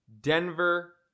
Denver